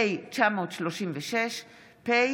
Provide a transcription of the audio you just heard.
פ/942/24, פ/564/24,